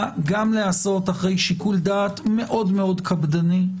להיעשות גם אחרי שיקול דעת מאוד מאוד קפדני,